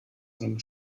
einem